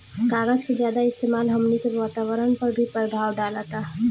कागज के ज्यादा इस्तेमाल हमनी के वातावरण पर भी प्रभाव डालता